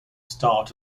start